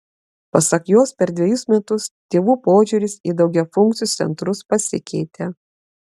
pasak jos per dvejus metus tėvų požiūris į daugiafunkcius centrus pasikeitė